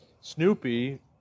Snoopy